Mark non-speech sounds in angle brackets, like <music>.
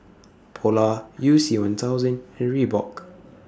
Polar YOU C one thousand and Reebok <noise>